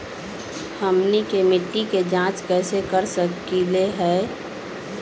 हमनी के मिट्टी के जाँच कैसे कर सकीले है?